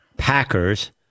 Packers